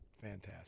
fantastic